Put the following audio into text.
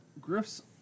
Griff's